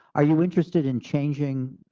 are you interested in changing